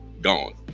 Gone